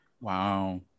Wow